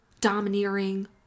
domineering